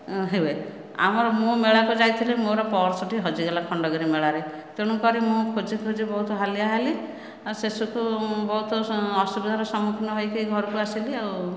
ହୁଏ ଆମର ମୁଁ ମେଳା କୁ ଯାଇଥିଲି ମୋର ପର୍ସ ଟି ହଜିଗଲା ଖଣ୍ଡଗିରି ମେଳାରେ ତେଣୁକରି ମୁଁ ଖୋଜି ଖୋଜି ବହୁତ ହାଲିଆ ହେଲି ଆଉ ଶେଷକୁ ବହୁତ ଅସୁବିଧା ର ସମ୍ମୁଖୀନ ହୋଇକି ଘରକୁ ଆସିଲି ଆଉ